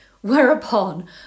Whereupon